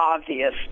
obvious